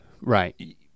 Right